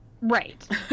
Right